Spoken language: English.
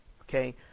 okay